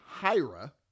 Hira